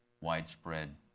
widespread